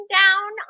down